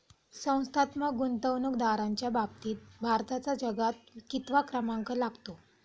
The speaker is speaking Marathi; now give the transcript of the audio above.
संस्थात्मक गुंतवणूकदारांच्या बाबतीत भारताचा जगात कितवा क्रमांक लागतो?